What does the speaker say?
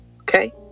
okay